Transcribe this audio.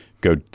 go